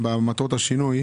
במטרות השינוי